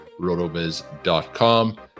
rotoviz.com